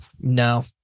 No